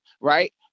Right